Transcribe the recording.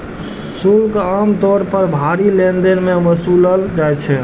शुल्क आम तौर पर भारी लेनदेन मे वसूलल जाइ छै